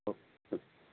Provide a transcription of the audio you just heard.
okay okay